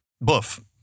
Boof